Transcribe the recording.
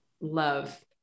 love